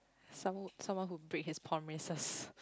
someone someone who break his promises